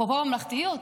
אפרופו ממלכתיות,